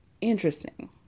Interesting